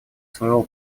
своего